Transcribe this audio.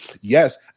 Yes